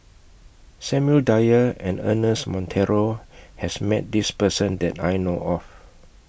Samuel Dyer and Ernest Monteiro has Met This Person that I know of